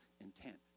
intent